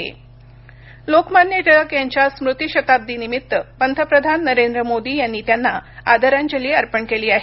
टिळक लोकमान्य टिळक यांच्या स्मृती शताब्दीनिमित्त पंतप्रधान नरेंद्र मोदी यांनी त्यांना आदरांजली अर्पण केली आहे